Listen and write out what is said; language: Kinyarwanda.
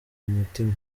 mutima